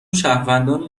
شهروندان